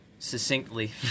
succinctly